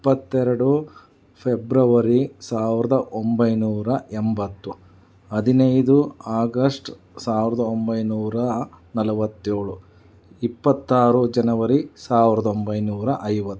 ಇಪ್ಪತ್ತೆರಡು ಫೆಬ್ರವರಿ ಸಾವಿರದ ಒಂಬೈನೂರ ಎಂಬತ್ತು ಹದಿನೈದು ಆಗಸ್ಟ್ ಸಾವಿರದ ಒಂಬೈನೂರ ನಲ್ವತ್ತೇಳು ಇಪ್ಪತ್ತಾರು ಜನವರಿ ಸಾವಿರದ ಒಂಬೈನೂರ ಐವತ್ತು